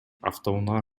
автоунаа